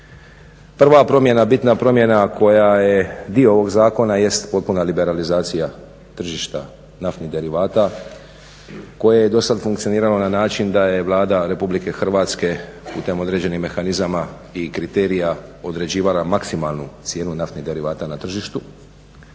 prva promjena, bitna promjena koja je dio ovog zakona jest potpuna liberalizacija tržišta naftnih derivata koje je do sada funkcioniralo na način da je Vlada RH putem određenih mehanizama i kriterija određivala maksimalnu cijenu naftnih derivata na tržištu.